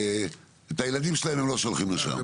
את הילדים שלהם הם לא שולחים לשם.